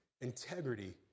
integrity